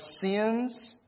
sins